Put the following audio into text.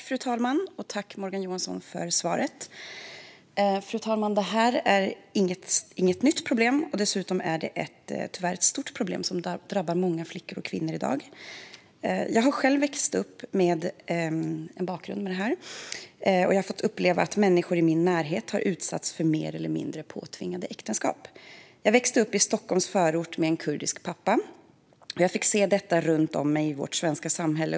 Fru talman! Tack för svaret, Morgan Johansson! Fru talman! Det här är inget nytt problem. Dessutom är det tyvärr ett stort problem, som drabbar många flickor och kvinnor i dag. Jag har själv vuxit upp med detta i bakgrunden och har fått uppleva att människor i min närhet utsatts för mer eller mindre påtvingade äktenskap. Jag växte upp i en Stockholmsförort med en kurdisk pappa och fick se detta runt om mig i vårt svenska samhälle.